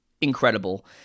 incredible